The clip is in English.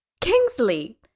Kingsley